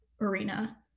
arena